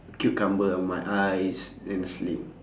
cucumber on my eyes and then sleep